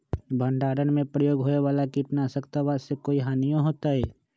भंडारण में प्रयोग होए वाला किट नाशक दवा से कोई हानियों होतै?